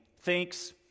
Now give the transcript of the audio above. thinks